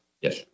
Yes